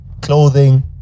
clothing